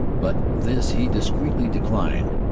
but this he discreetly declined.